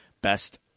best